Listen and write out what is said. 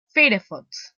firefox